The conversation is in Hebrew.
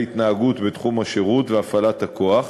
התנהגות בתחום השירות והפעלת הכוח